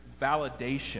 validation